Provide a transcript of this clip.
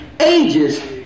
ages